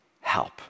help